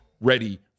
ready